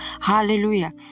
hallelujah